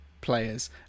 players